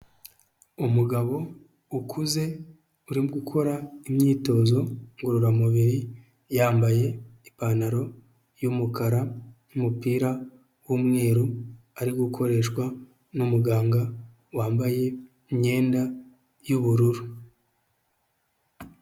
Umugabo ukuze, uri gukora imyitozo ngororamubiri, yambaye ipantaro y'umukara, n'umupira w'umweru, ari gukoreshwa n'umuganga wambaye imyenda y'ubururu.